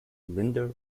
linda